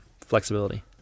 flexibility